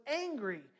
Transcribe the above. angry